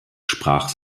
sprach